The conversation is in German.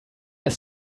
ist